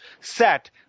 set